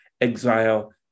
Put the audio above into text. exile